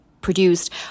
produced